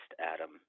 Adam